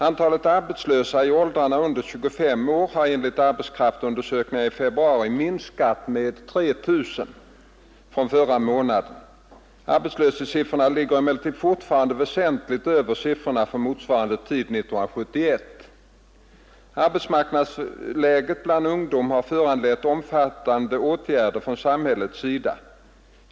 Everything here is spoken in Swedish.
Antalet arbetslösa i åldrarna under 25 år har enligt arbetskraftsundersökningen i februari minskat med 3 000 från förra månaden. Arbetslöshetssiffrorna ligger emellertid fortfarande väsentligt över siffrorna för motsvarande tid år 1971. Arbetsmarknadsläget bland ungdomen har föranlett omfattande åtgärder från samhällets sida.